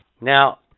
Now